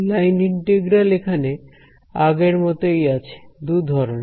line integral এখানে আগের মতই আছে দুধরনের